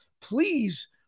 Please